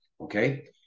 Okay